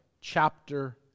chapter